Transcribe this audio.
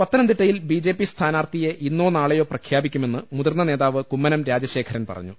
പത്തനംതിട്ടയിൽ B J P സ്ഥാനാർത്ഥിയെ ഇന്നോ നാളെയോ പ്രഖ്യാപിക്കുമെന്ന് മുതിർന്നു നേതാവ് കുമ്മനം രാജ ശേഖരൻ പറഞ്ഞു